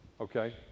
Okay